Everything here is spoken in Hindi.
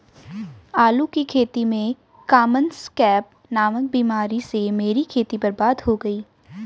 आलू की खेती में कॉमन स्कैब नामक बीमारी से मेरी खेती बर्बाद हो गई